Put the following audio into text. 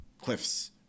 cliffs